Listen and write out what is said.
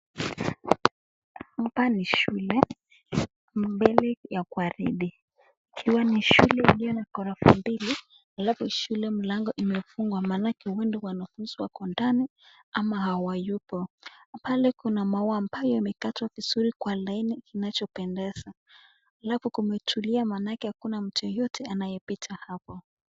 Hapa ni shuleni ya upili ya Warindi. Hiyo ni shule iliyo na gorofa mbili, alafu shule mlango umefungwa manake uenda wanafunzi wako ndani ama hawayupo. Pale kuna maua ambayo yamekatwa vizuri kwa laini inachopendeza, alafu kumetulia manake hakuna mtu yeyote anayepita hapo.